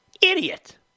Idiot